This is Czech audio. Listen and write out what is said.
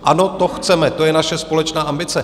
Ano, to chceme, to je naše společná ambice.